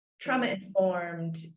trauma-informed